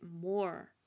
more